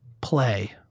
Play